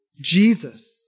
Jesus